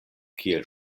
kiel